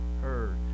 heard